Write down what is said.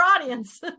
audience